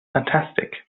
fantastic